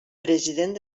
president